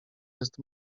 jest